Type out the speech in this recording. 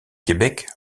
québec